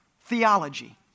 theology